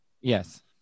yes